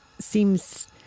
seems